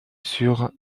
sur